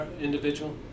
individual